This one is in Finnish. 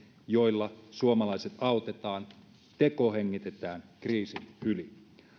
joilla suomalaiset autetaan tekohengitetään kriisin yli